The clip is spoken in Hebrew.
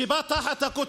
שיעלה אותך.